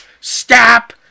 stop